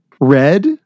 Red